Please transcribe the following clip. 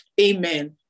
amen